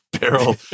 barrel